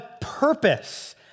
purpose